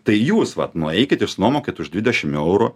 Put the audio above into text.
tai jūs vat nueikit išsinuomokit už dvidešim eurų